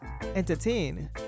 entertain